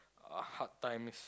a hard time